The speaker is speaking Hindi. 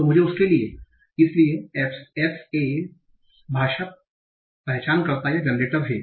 तो उसके लिए इसलिए FSAs भाषा पहचानकर्ता या जनरेटर हैं